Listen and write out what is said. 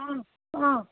অঁ অঁ